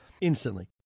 instantly